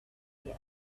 their